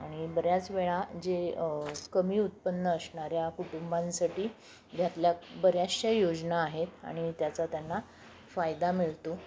आणि बऱ्याच वेळा जे कमी उत्पन्न असणाऱ्या कुटुंबांसाठी ह्यातल्या बऱ्याचशा योजना आहेत आणि त्याचा त्यांना फायदा मिळतो